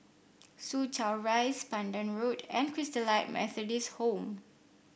Soo Chow Rise Pandan Road and Christalite Methodist Home